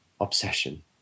obsession